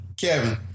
Kevin